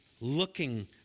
looking